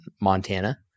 Montana